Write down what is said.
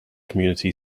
community